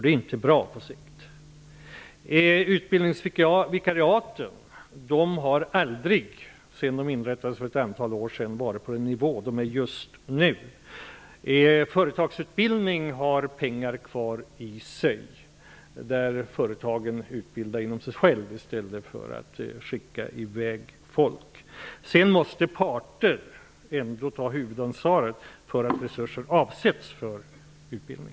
Det är inte bra på sikt. Utbildningsvikariaten har sedan de inrättades för ett antal år sedan aldrig varit på den nivå som de är just nu. Det finns pengar kvar för företagsutbildning, dvs. det system där företagen utbildar internt i stället för att skicka i väg folk. Parterna måste ändå ta huvudansvaret för att resurser avsätts för utbildning.